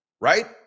right